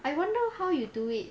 I wonder how you do it